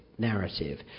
Narrative